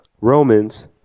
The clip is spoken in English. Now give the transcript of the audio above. Romans